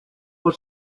por